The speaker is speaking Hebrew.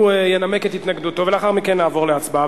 הוא ינמק את התנגדותו, ולאחר מכן נעבור להצבעה.